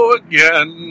again